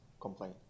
complain